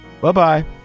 Bye-bye